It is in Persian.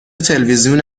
تلویزیون